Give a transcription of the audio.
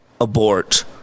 abort